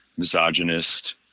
misogynist